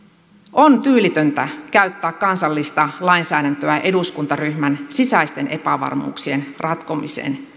on tyylitöntä käyttää kansallista lainsäädäntöä eduskuntaryhmän sisäisten epävarmuuksien ratkomiseen